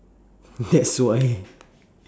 that's why